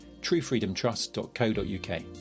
truefreedomtrust.co.uk